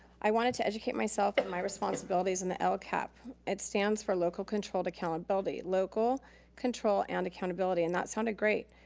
i wanted to educate myself on and my responsibilities and the lcap. it stands for local controlled accountability, local control and accountability. and that sounded great.